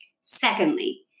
Secondly